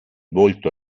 volto